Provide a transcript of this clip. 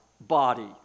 body